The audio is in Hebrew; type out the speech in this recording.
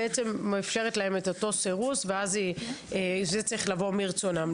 מאפשרת להם את אותו סירוס ואז זה צריך לבוא מרצונם.